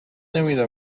نمیدهم